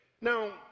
Now